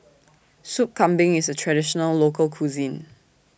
Sup Kambing IS A Traditional Local Cuisine